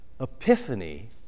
Epiphany